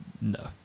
No